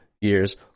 years